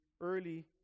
early